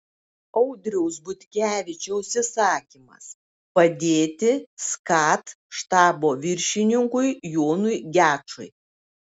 audriaus butkevičiaus įsakymas padėti skat štabo viršininkui jonui gečui